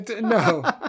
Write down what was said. No